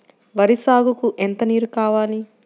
వరి సాగుకు ఎంత నీరు కావాలి?